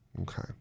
okay